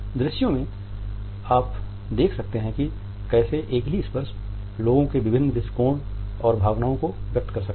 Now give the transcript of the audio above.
दृश्यों में आप देख सकते हैं कि कैसे एक ही स्पर्श लोगों के विभिन्न दृष्टिकोण और भावनाओं को व्यक्त कर सकता है